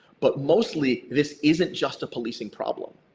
but mostly, this isn't just a policing problem.